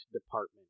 department